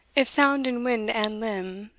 if sound in wind and limb,